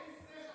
אין שכל